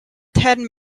ten